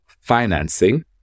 financing